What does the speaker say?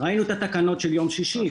ראינו את התקנות של יום שישי.